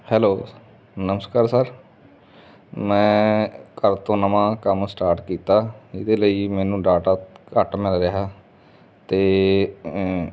hello ਨਮਸਕਾਰ sir ਮੈਂ ਘਰ ਤੋਂ ਨਵਾਂ ਕੰਮ ਸਟਾਰਟ ਕੀਤਾ ਇਹਦੇ ਲਈ ਮੈਨੂੰ ਡਾਟਾ ਘੱਟ ਮਿਲ ਰਿਹਾ ਅਤੇ